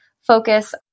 focus